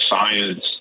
science